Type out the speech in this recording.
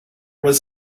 was